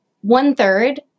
one-third